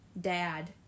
dad